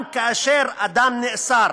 גם כאשר אדם נאסר,